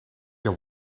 your